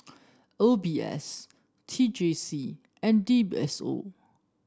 O B S T J C and D S O